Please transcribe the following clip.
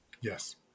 Yes